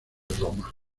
roma